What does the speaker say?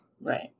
Right